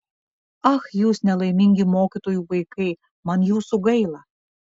ach jūs nelaimingi mokytojų vaikai man jūsų gaila